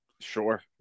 Sure